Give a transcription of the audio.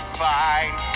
fine